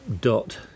dot